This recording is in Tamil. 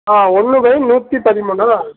ஆ ஒன்று பை நூற்றி பதிமூணா